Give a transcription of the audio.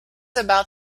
about